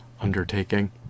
undertaking